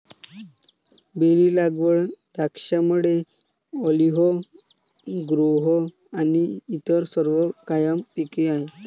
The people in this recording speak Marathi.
बेरी लागवड, द्राक्षमळे, ऑलिव्ह ग्रोव्ह आणि इतर सर्व कायम पिके आहेत